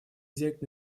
взять